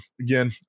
again